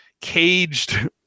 caged